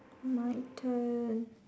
my turn